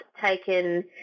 taken